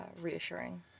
reassuring